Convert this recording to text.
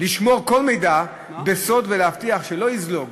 לשמור כל מידע בסוד ולהבטיח שלא יזלוג